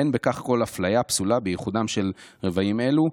אין כל אפליה פסולה בייחודם של רובעים אלו".